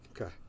Okay